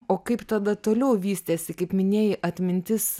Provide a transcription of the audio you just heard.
o kaip tada toliau vystėsi kaip minėjai atmintis